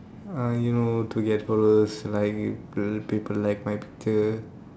ah you know to get followers like real people like my picture